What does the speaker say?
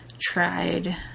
tried